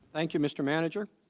thank you mr. manager